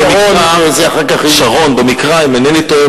אם אינני טועה,